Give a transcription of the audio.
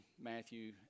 Matthew